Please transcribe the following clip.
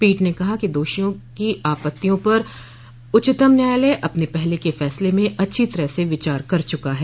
पीठ ने कहा कि दोषी की आपत्तियों पर उच्चतम न्यायालय अपने पहले के फैसले में अच्छी तरह विचार कर चुका है